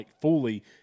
fully